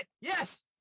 Yes